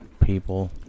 people